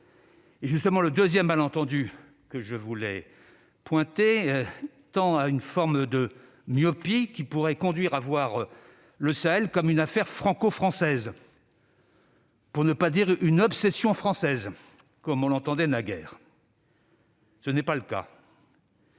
unies. Le deuxième malentendu tient, justement, à une forme de myopie qui pourrait conduire à voir le Sahel comme une affaire franco-française, pour ne pas dire une obsession française, comme on l'entendait naguère. Ce n'est pas le cas